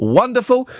wonderful